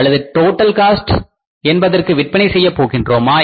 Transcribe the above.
அல்லது total cost என்பதற்கு விற்பனை செய்யப் போகிறோமா